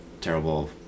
terrible